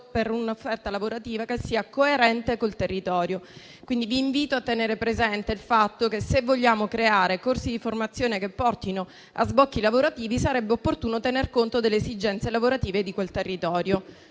per un'offerta lavorativa che sia coerente col territorio. Vi invito, quindi, a tenere presente il fatto che, se vogliamo creare corsi di formazione che portino a sbocchi lavorativi, sarebbe opportuno tener conto delle esigenze lavorative di quel territorio.